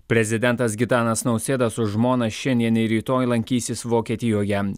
prezidentas gitanas nausėda su žmona šiandien ir rytoj lankysis vokietijoje